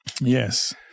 Yes